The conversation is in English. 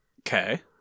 okay